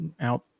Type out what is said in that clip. out